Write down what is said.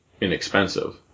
inexpensive